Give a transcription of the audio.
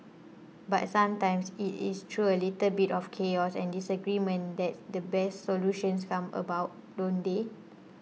but sometimes it is through a little bit of chaos and disagreement that the best solutions come about don't they